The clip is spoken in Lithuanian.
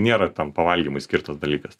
nėra tam pavalgymui skirtas dalykas